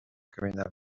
communale